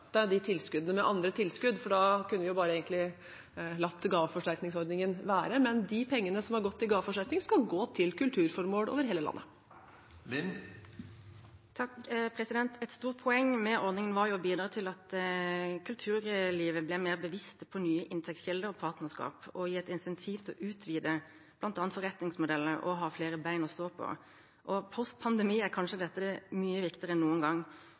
de tilskuddene med andre tilskudd, for da kunne vi egentlig bare latt gaveforsterkningsordningen være. De pengene som har gått til gaveforsterkning, skal gå til kulturformål over hele landet. Et stort poeng med ordningen var å bidra til at kulturlivet ble mer bevisst på nye inntektskilder og partnerskap, og å gi et insentiv til å utvide bl.a. forretningsmodeller og ha flere bein å stå på. Post pandemi er kanskje dette mye viktigere enn noen gang.